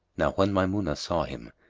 now when maymunah saw him,